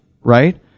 Right